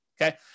okay